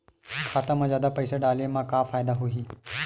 खाता मा जादा पईसा डाले मा का फ़ायदा होही?